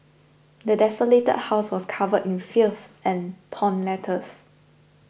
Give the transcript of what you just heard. the desolated house was covered in filth and torn letters